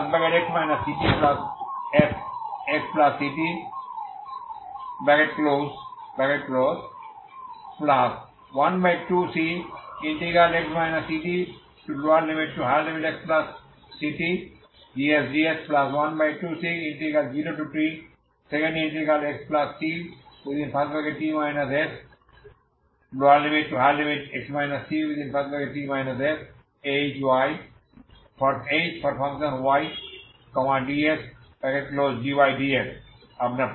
তাই uxt12fx ctfxct12cx ctxctgs ds12c0txct sx ct shys dy dsআপনার প্রয়োজনীয় সলিউশন